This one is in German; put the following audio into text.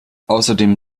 außerdem